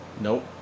Nope